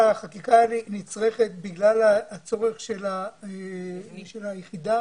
החקיקה נצרכת בגלל הצורך של היחידה